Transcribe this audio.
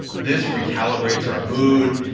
this recalibrates our mood.